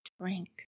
drink